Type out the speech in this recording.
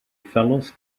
fellows